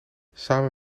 samen